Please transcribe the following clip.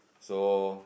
so